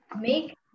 make